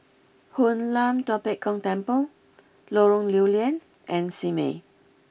Hoon Lam Tua Pek Kong Temple Lorong Lew Lian and Simei